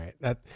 right